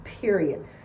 period